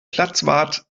platzwart